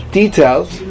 details